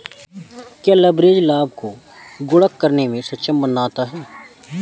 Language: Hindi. क्या लिवरेज लाभ को गुणक करने में सक्षम बनाता है?